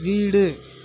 வீடு